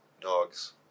Dogs